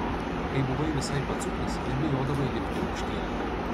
kai buvai visai pacukas nebijodavai lipti aukštyn